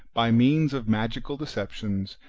by means of magical deceptions,